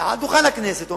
מעל דוכן הכנסת,